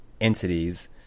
entities